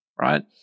right